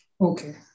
Okay